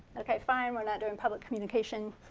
okay, fine, we're not doing public communication.